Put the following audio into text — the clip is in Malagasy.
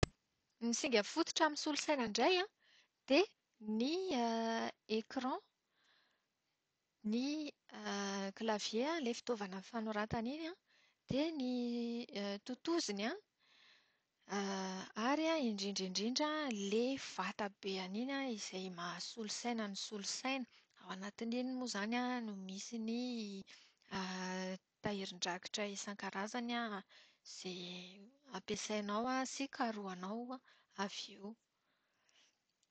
Ny singa fototra amin'ny solosaina indray an, dia ny écran, ny clavier ilay fitaovana fanoratana iny an, dia ny totoziny ary indrindra indrindra ila vata beany iny izay mahasolosaina ny solosaina. Ao anatin'iny moa izany no misy ny tahirin-drakitra isan-karazany, izay ampiasainao sy karohanao avy eo.